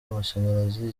amashanyarazi